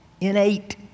innate